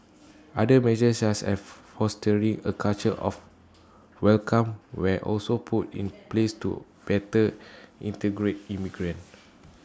other measures such as fostering A culture of welcome were also put in place to better integrate immigrants